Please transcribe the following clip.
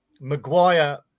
Maguire